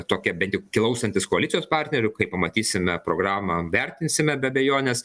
tokia bent jau klausantis koalicijos partnerių kai pamatysime programą vertinsime be abejonės